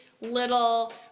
little